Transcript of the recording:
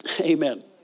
Amen